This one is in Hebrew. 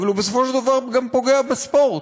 אבל הוא בסופו של דבר גם פוגע בספורט.